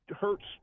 Hurts